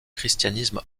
christianisme